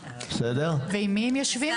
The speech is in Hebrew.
ועם מי הם יושבים,